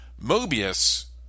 Mobius